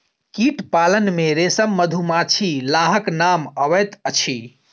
कीट पालन मे रेशम, मधुमाछी, लाहक नाम अबैत अछि